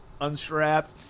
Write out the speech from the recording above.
unstrapped